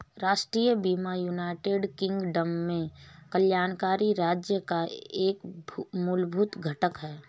राष्ट्रीय बीमा United Kingdom में कल्याणकारी राज्य का एक मूलभूत घटक है